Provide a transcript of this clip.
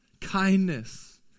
kindness